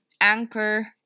Anchor